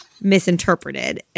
misinterpreted